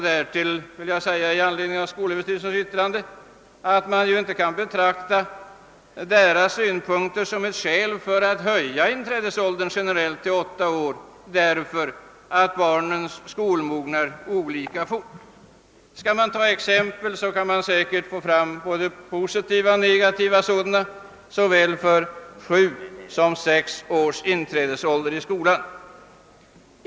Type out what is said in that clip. Därutöver vill jag i anledning av skolöverstyrelsens yttrande säga, att man inte kan betrakta det som ett skäl för att generellt höja inträdesåldern till åtta år att barnen skolmognar olika fort. Man kan säkert anföra både positiva och negativa exempel på en inträdesålder av såväl sju som sex år.